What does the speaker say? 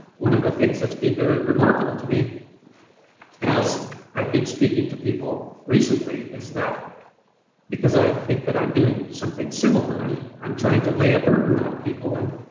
one of the things that's been very remarkable to me as i've been speaking to people recently is that because i think that i'm doing something similar i'm trying to lay a burden on people and,